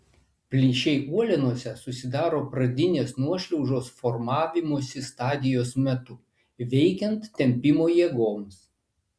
plyšiai uolienose susidaro pradinės nuošliaužos formavimosi stadijos metu veikiant tempimo jėgoms